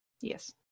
Yes